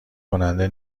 کننده